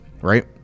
Right